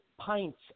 pints